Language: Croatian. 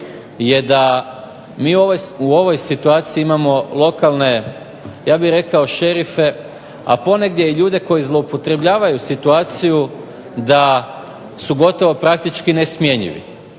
je da mi u ovoj situaciji imamo lokalne ja bih rekao šerife, a ponegdje i ljude koji zloupotrebljavaju situaciju da su gotovo praktički nesmjenjivi.